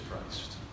Christ